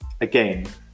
Again